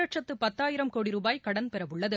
லட்சத்து பத்தாயிரம் கோடி ரூபாய் கடன் பெற உள்ளது